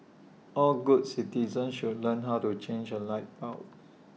all good citizens should learn how to change A light bulb